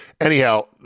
anyhow